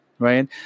right